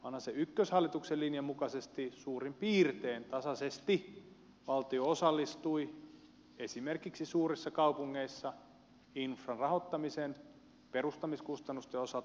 vanhasen ykköshallituksen linjan mukaisesti suurin piirtein tasaisesti valtio osallistui esimerkiksi suurissa kaupungeissa infran rahoittamiseen perustamiskustannusten osalta